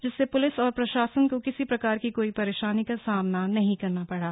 जिससे पुलिस और प्रशासन को किसी प्रकार की कोई परेशानी का सामना नहीं करना पड़ा